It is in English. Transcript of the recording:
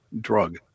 drug